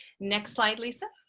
next slide lisa.